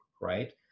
right